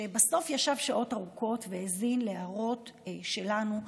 שבסוף ישב שעות ארוכות והאזין להערות שלנו,